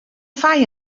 fai